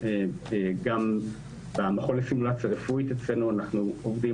גם במכון לסימולציה רפואית אצלנו אנחנו עובדים